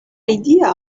idea